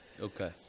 Okay